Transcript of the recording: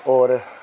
होर